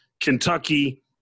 Kentucky